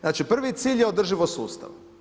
Znači prvi cilj je održivost sustava.